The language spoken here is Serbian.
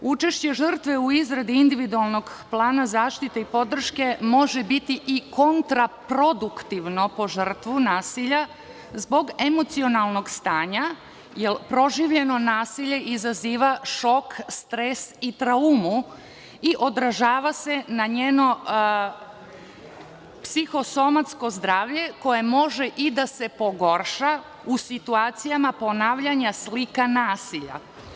Učešće žrtve u izradi individualnog plana zaštite i podrške može biti i kontraproduktivno po žrtvu nasilja zbog emocionalnog stanja, jer proživljeno nasilje izaziva šok, stres i traumu i održava se na njeno psihosomatsko zdravlje koje može i da se pogorša u situacijama ponavljanja slika nasilja.